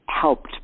helped